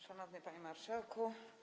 Szanowny Panie Marszałku!